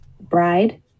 Bride